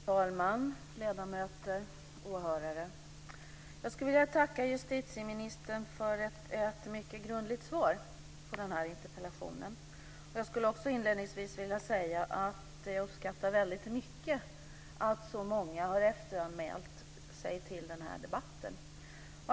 Fru talman! Ledamöter! Åhörare! Jag skulle vilja tacka justitieministern för ett mycket grundligt svar på denna interpellation. Jag skulle också inledningsvis vilja säga att jag uppskattar väldigt mycket att så många har efteranmält sig till denna debatt.